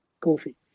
coffee